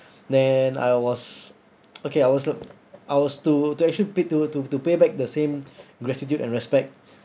then I was okay I was I was to to actually paid to to to pay back the same gratitude and respect